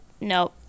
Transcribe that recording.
No